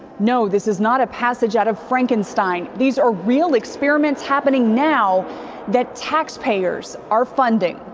no, this is not a passage out of frankenstein. these are real experiments happening now that taxpayers are funding.